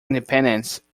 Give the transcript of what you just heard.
independence